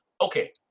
okay